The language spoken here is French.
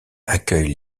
accueille